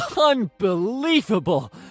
UNBELIEVABLE